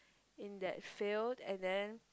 in that field and then